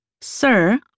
Sir